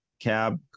Cab